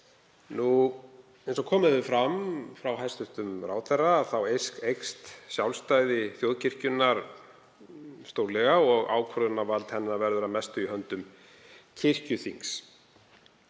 Eins og komið hefur fram hjá hæstv. ráðherra eykst sjálfstæði þjóðkirkjunnar stórlega og ákvörðunarvald hennar verður að mestu í höndum kirkjuþings.